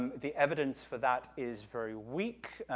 and the evidence for that is very weak,